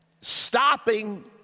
stopping